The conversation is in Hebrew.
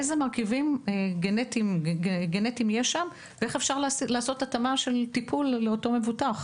איזה מרכיבים גנטיים יש שם ואיך אפשר לעשות התאמה של טיפול לאותו מבוטח.